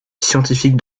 scientifique